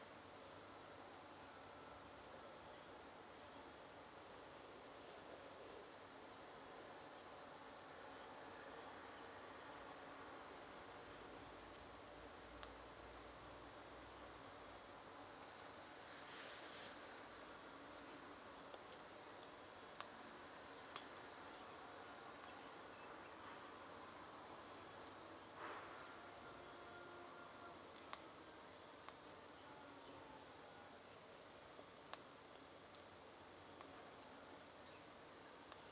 uh